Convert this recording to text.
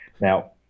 Now